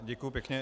Děkuju pěkně.